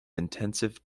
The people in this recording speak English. intensive